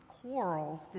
quarrels